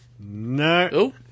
No